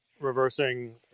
reversing